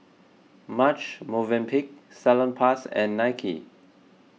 Marche Movenpick Salonpas and Nike